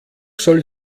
soll